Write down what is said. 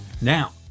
Now